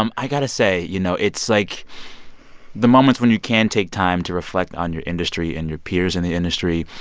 um i got to say, you know, it's, like the moments when you can take time to reflect on your industry and your peers in the industry,